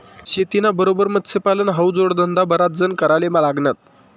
शेतीना बरोबर मत्स्यपालन हावू जोडधंदा बराच जण कराले लागनात